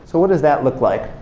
so what does that look like?